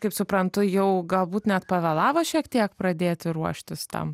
kaip suprantu jau galbūt net pavėlavo šiek tiek pradėti ruoštis tam